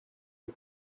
her